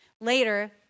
Later